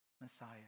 Messiah